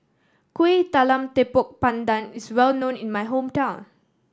Kuih Talam Tepong Pandan is well known in my hometown